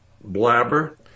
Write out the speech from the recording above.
blabber